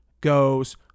goes